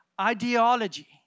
ideology